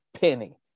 penny